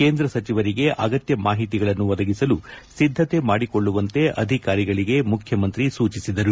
ಕೇಂದ್ರ ಸಚಿವರಿಗೆ ಅಗತ್ಯ ಮಾಹಿತಿಗಳನ್ನು ಒದಗಿಸಲು ಸಿದ್ದತೆ ಮಾಡಿಕೊಳ್ಳುವಂತೆ ಅಧಿಕಾರಿಗಳಿಗೆ ಮುಖ್ಯಮಂತ್ರಿ ಸೂಚಿಸಿದರು